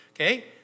Okay